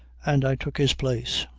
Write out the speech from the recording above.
and i took his place.